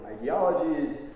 ideologies